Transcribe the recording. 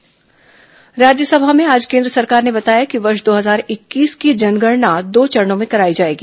रास जनगणना राज्यसभा में आज केन्द्र सरकार ने बताया कि वर्ष दो हजार इक्कीस की जनगणना दो चरणों में कराई जायेगी